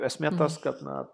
esmė tas kad na